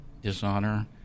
dishonor